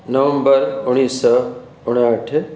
नवंबर उणिवीह सौ उणहठि